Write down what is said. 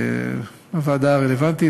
לוועדה הרלוונטית,